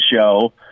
show